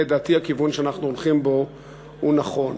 לדעתי הכיוון שאנחנו הולכים בו הוא נכון.